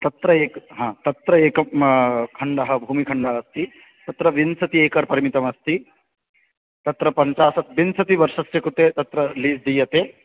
तत्र एक हा तत्र एकं खण्डः भूमिखण्डः अस्ति तत्र विंशति एकर् परिमितम् अस्ति तत्र पञ्चासत् विंशतिवर्षस्य कृते तत्र लीस् दीयते